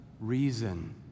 reason